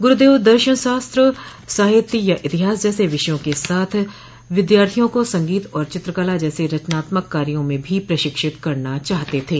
गुरूदेव दर्शन शास्त्र साहित्य या इतिहास जैसे विषयों के साथ विद्यार्थियों का संगीत और चित्रकला जैसे रचनात्मक कार्यों में भी प्रशिक्षित करना चाहते थे